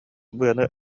быаны